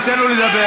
ניתן לו לדבר,